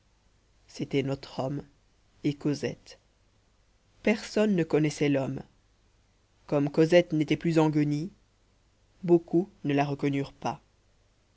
c'étaient notre homme et cosette personne ne connaissait l'homme comme cosette n'était plus en guenilles beaucoup ne la reconnurent pas